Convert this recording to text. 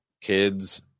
kids